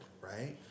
right